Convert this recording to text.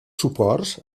suports